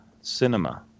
cinema